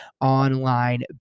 online